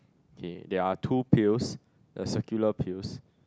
okay there are two pills the circular pills